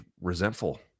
resentful